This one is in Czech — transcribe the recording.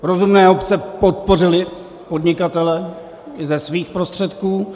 Rozumné obce podpořily podnikatele i ze svých prostředků.